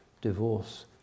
divorce